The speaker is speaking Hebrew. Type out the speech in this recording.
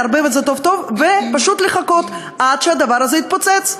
לערבב את זה טוב-טוב ופשוט לחכות עד שהדבר הזה יתפוצץ.